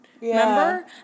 Remember